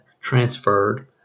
transferred